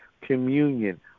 communion